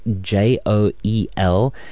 J-O-E-L